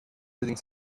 leading